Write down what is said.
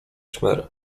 szmer